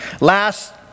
last